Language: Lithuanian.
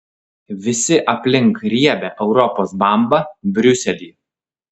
visi aplink riebią europos bambą briuselį